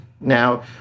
now